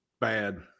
bad